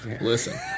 Listen